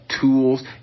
tools